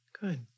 Good